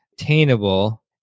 attainable